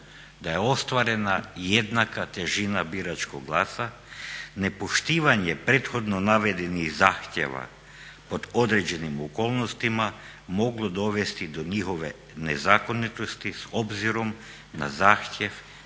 "da je ostvarena jednaka težina biračkog glasa nepoštivanje prethodno navedenih zahtjeva pod određenim okolnostima moglo dovesti do njihove nezakonitosti obzirom da zahtjev